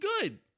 good